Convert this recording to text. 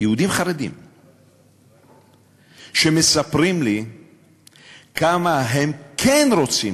יהודים חרדים שמספרים לי כמה הם כן רוצים